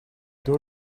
door